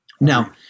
Now